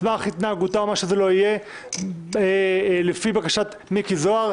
סמך התנהגותה או מה שזה לא יהיה לפי בקשת מיקי זוהר.